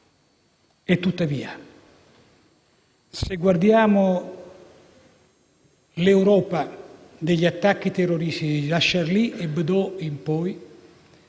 Tuttavia, se guardiamo l'Europa degli attacchi terroristici, da «Charlie Hebdo» in poi,